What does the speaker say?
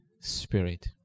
Spirit